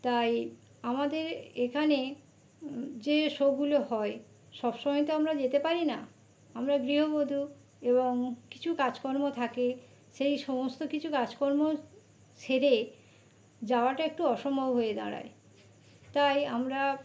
তাই আমাদের এখানে যে শোগুলো হয় সব সমায় তো আমরা যেতে পারি না আমরা গৃহবধূ এবং কিছু কাজকর্ম থাকে সেই সমস্ত কিছু কাজকর্ম সেরে যাওয়াটা একটু অসম্ভব হয়ে দাঁড়ায় তাই আমরা